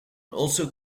also